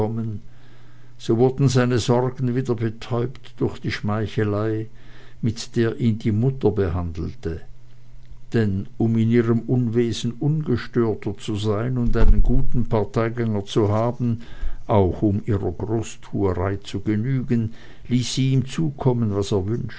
so wurden seine sorgen wieder betäubt durch die schmeichelei mit der ihn die mutter behandelte denn um in ihrem unwesen ungestörter zu sein und einen guten parteigänger zu haben auch um ihrer großtuerei zu genügen ließ sie ihm zukommen was